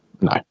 No